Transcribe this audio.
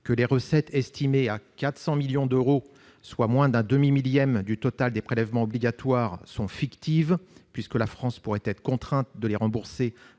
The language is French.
Les recettes, estimées à 400 millions d'euros, soit moins d'un demi-millième du total des prélèvements obligatoires, sont fictives, puisque la France pourrait être contrainte de les rembourser